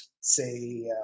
say